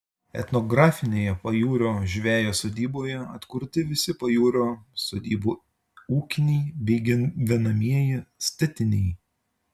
etnografinėje pajūrio žvejo sodyboje atkurti visi pajūrio sodybų ūkiniai bei gyvenamieji statiniai